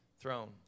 throne